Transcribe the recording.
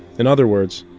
in other words,